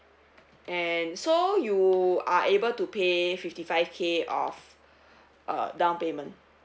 and so you are able to pay fifty five K of uh down payment